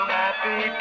happy